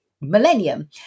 millennium